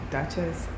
Duchess